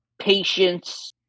patience